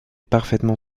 parfaitement